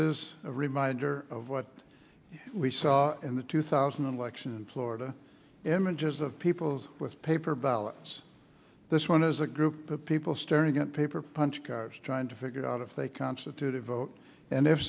is a reminder of what we saw in the two thousand election in florida images of people with paper ballots this one is a group of people staring at paper punch cards trying to figure out if they constitute a vote and if